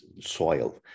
soil